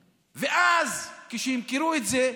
ואז, כשימכרו את זה,